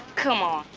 come on.